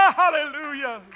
hallelujah